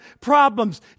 problems